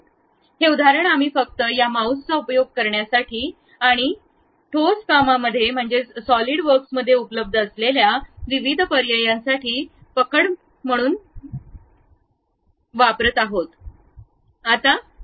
हे उदाहरण आम्ही फक्त या माऊसचा उपयोग करण्यासाठी आणि ठोस कामांमध्ये उपलब्ध असलेल्या विविध पर्यायांसाठी पकड ठेवत आहोत